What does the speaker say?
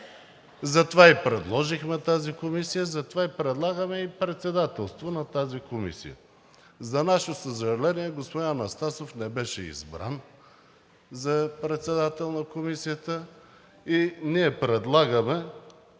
затова и предложихме тази комисия, затова предлагаме и председателство на тази комисия. За наше съжаление, господин Анастасов не беше избран за председател на Комисията и ние предлагаме